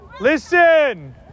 listen